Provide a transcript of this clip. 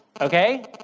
Okay